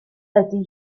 ydy